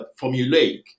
formulaic